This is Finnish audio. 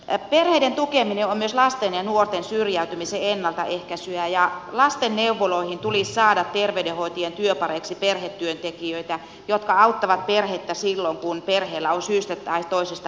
perheiden tukeminen on myös lasten ja nuorten syrjäytymisen ennaltaehkäisyä ja lastenneuvoloihin tulisi saada terveydenhoitajien työpareiksi perhetyöntekijöitä jotka auttavat perhettä silloin kun perheellä on syystä tai toisesta vaikeaa